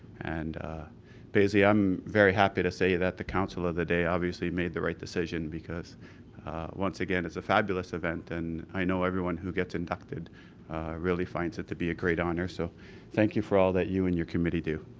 and paisley i'm very happy to say that the council of the day obviously made the right decision because once again it's a fabulous event and i know everyone who gets inducted really finds it to be a great honor. so thank you for all that you and your committee do.